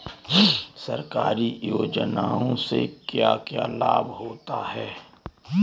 सरकारी योजनाओं से क्या क्या लाभ होता है?